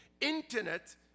internet